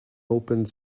opened